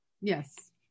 Yes